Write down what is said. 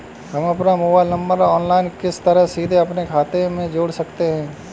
हम अपना mobile number online किस तरह सीधे अपने खाते में जोड़ सकते हैं?